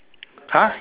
!huh!